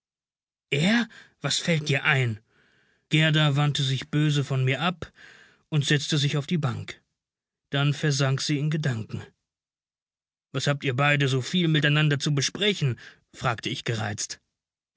er was fällt dir ein gerda wandte sich böse von mir ab und setzte sich auf die bank dann versank sie in gedanken was habt ihr beide soviel miteinander zu besprechen fragte ich gereizt